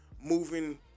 moving